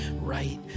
right